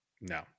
No